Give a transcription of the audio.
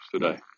today